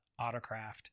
AutoCraft